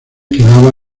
quedaba